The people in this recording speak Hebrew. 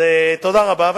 תודה רבה.